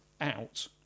Out